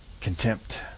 contempt